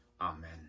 Amen